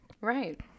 Right